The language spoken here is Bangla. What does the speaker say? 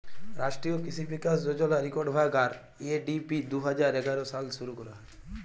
রাষ্ট্রীয় কিসি বিকাশ যজলার ইকট ভাগ, আর.এ.ডি.পি দু হাজার এগার সালে শুরু ক্যরা হ্যয়